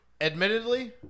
Admittedly